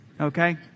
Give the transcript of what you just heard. Okay